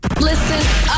Listen